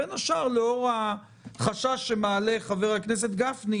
בין השאר לאור החשש שמעלה חבר הכנסת גפני,